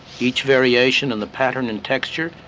each variation in the pattern and texture,